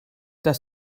dass